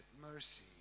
mercy